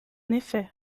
effet